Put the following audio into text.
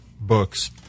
books